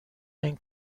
این